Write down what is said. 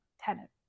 tenant